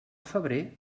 febrer